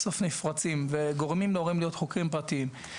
בסוף נפרץ וגורמים להורים להיות חוקרים פרטיים.